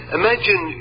imagine